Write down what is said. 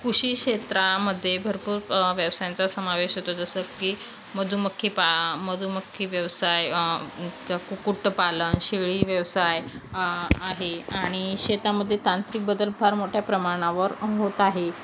कृषी क्षेत्रामध्ये भरपूर व्यवसायांचा समावेश होतो जसं की मधुमक्षी पा मधुमक्षी व्यवसाय कुक्कुटपालन शेळी व्यवसाय आहे आणि शेतामध्ये तांत्रिक बदल फार मोठ्या प्रमाणावर होत आहे